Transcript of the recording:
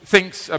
Thinks